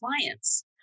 clients